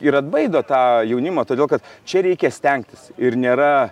ir atbaido tą jaunimą todėl kad čia reikia stengtis ir nėra